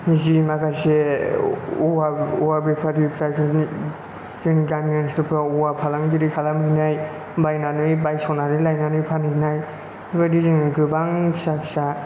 जि माखासे औवा औवा बेफारिफ्रा जोंनि जोंनि गामि ओनसोलफ्राव औवा फालांगिरि खालामहैनाय बायनानै बायस'नानै लायनानै फानहैनाय बेबायदि जोङो गोबां फिसा फिसा